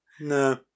no